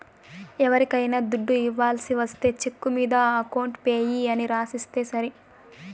ఎవరికైనా దుడ్డు ఇవ్వాల్సి ఒస్తే చెక్కు మీద అకౌంట్ పేయీ అని రాసిస్తే సరి